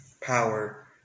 power